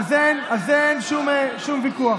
על זה אין ויכוח.